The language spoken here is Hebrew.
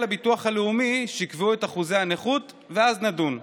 לביטוח הלאומי שיקבעו את אחוזי הנכות ואז נדון.